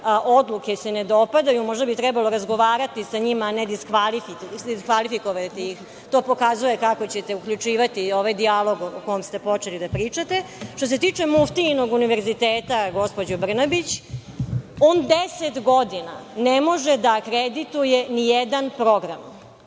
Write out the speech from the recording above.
odluke se ne dopadaju, možda bi trebalo razgovarati sa njima, a ne diskvalifikovati ih. To pokazuje kako ćete uključivati ovaj dijalog o kom ste počeli da pričate. Što se tiče muftijinog Univerziteta, gospođo Brnabić, on deset godina ne može da akredituje ni jedan program